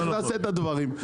איך נעשה את הדברים?